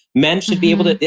men should be able to,